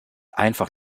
einfach